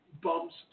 bumps